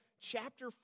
Chapter